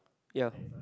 ya